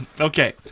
Okay